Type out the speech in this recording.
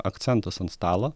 akcentas ant stalo